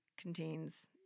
contains